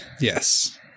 Yes